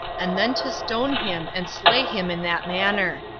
and then to stone him, and slay him in that manner.